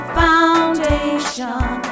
foundation